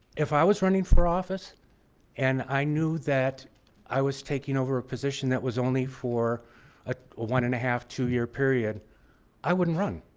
if i was running for office and i knew that i was taking over a position that was only for a one and a half two year period i wouldn't run